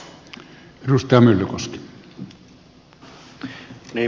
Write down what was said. arvoisa puhemies